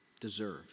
deserve